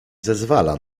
zezwala